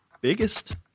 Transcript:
biggest